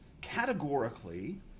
categorically